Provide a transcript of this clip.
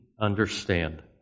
understand